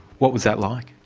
what was that like?